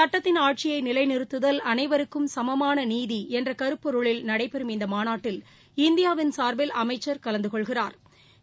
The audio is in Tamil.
சுட்டத்தின் ஆட்சியை நிலைநிறுத்துதல் அனைவருக்கும் சுமமான நீதி என்ற கருப்பொருளில் நடைபெறும் இந்த மாநாட்டில் இந்தியாவின் சா்பில் அமைச்சா் கலந்து கொள்கிறாா்